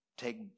take